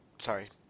sorry